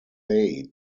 they